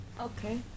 okay